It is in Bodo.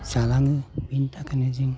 जालाङो बिनि थाखायनो जों